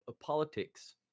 politics